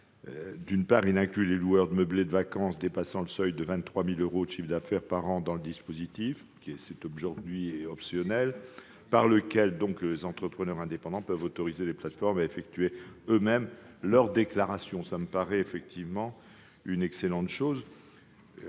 D'une part, il tend à inclure les loueurs de meublés de vacances dépassant le seuil de 23 000 euros de chiffre d'affaires par an dans le dispositif- c'est aujourd'hui optionnel -par lequel les entrepreneurs indépendants peuvent autoriser les plateformes à effectuer pour eux leurs déclarations. Cela me paraît une excellente chose.